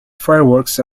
fireworks